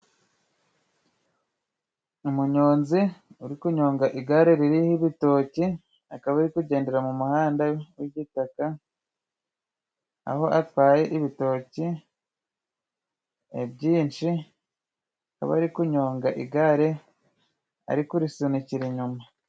Umunyonzi uri kunyonga igare ririho ibitoki, akaba ari kugendera mu muhanda w' igitaka aho atwaye ibitoki byinshi, akaba ari kunyonga igare ari kurisunikira inyuma.